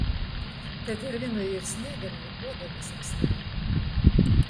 tetervinui ir sniegenai uodegas apsnigo